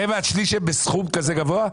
רבע עד שליש הם בסכום כזה גבוה?